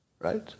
right